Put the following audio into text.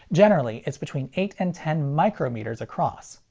generally it's between eight and ten micrometers across.